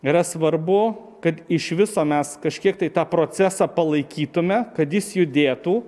yra svarbu kad iš viso mes kažkiek tai tą procesą palaikytume kad jis judėtų